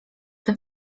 tym